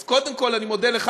אז קודם כול אני מודה לך,